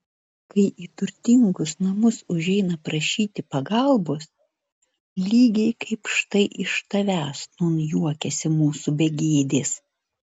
kai į turtingus namus užeina prašyti pagalbos lygiai kaip štai iš tavęs nūn juokiasi mūsų begėdės